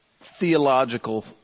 theological